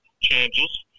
changes